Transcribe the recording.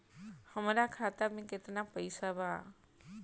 हमरा खाता में केतना पइसा बा?